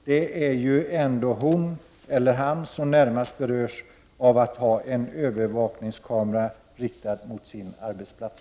Det är ju ändå hon heller han som närmast berörs av att ha en övervakningskamera riktad mot sin arbetsplats.